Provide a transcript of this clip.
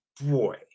boy